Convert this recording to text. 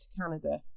Canada